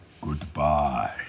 Goodbye